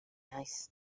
iaith